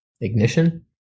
Ignition